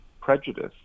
prejudice